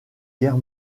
guerre